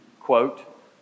quote